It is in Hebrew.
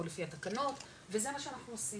או לפי התקנות וזה מה שאנחנו עושים,